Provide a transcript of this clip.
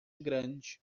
grande